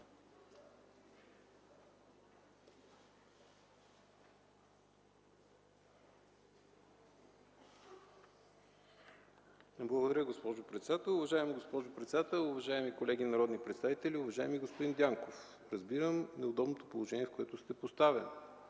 Благодаря. Уважаема госпожо председател, уважаеми колеги народни представители, уважаеми господин Дянков! Разбирам неудобното положение, в което сте поставен.